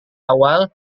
awal